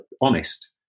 honest